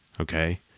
okay